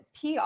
PR